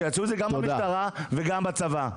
שיעשו זאת גם במשטרה וגם בצבא.